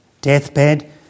deathbed